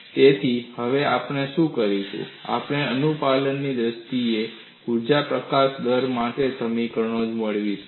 તેથી હવે આપણે શું કરીશું આપણે અનુપાલનની દ્રષ્ટિએ ઊર્જા પ્રકાશન દર માટે સમીકરણો મેળવીશું